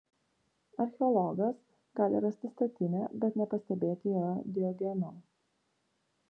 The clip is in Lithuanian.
archeologas gali rasti statinę bet nepastebėti joje diogeno